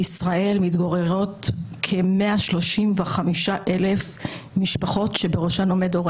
בישראל מתגוררת כ-135,000 משפחות שבראשון עומד הורה